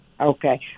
Okay